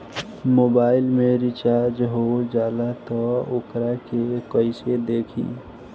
Mobile में recharge हो जाला त वोकरा के कइसे देखी?